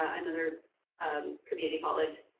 another um community college.